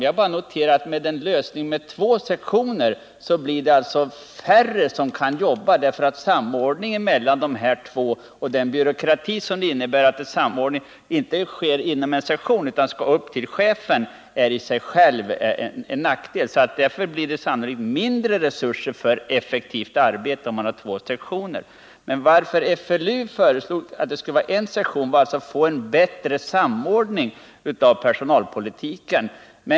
Jag har bara noterat att en lösning med två sektioner — personalenhet och personalvårdssektion — medför att det blir färre som kan jobba effektivt. Den byråkrati som skapas genom att samordningen inte sker inom en sektion utan skall ske hos den övergripande chefen är i sig en nackdel. Därför blir det sannolikt mindre resurser för verkligt arbete, om man har två sektioner. Anledningen till att försvarsmaktens ledningsutredning, FLU, föreslog att det skulle vara endast en organisation var att utredningen ville få en bättre samordning av personalpolitiken.